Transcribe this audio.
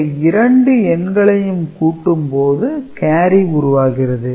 இந்த இரண்டு எண்களையும் கூட்டும் போது கேரி உருவாகிறது